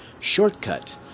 shortcut